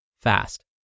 fast